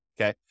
Okay